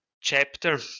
chapter